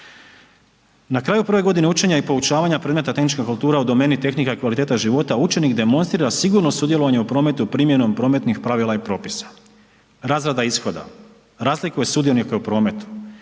Na kraju prve godine učenja i poučavanja predmeta tehnička kultura u domeni Tehnika i kvaliteta života učenik demonstrira sigurno sudjelovanje u prometu primjenom prometnih pravila i propisa. Razrada ishoda, razlikuje sudionika u prometu,